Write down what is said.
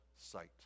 sight